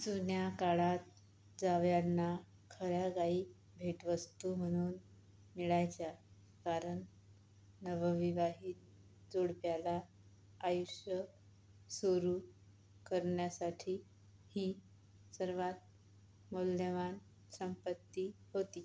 जुन्या काळात जावयांना खऱ्या गायी भेटवस्तू म्हणून मिळायच्या कारण नवविवाहित जोडप्याला आयुष्य सुरू करण्यासाठी ही सर्वात मौल्यवान संपत्ती होती